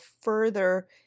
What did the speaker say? further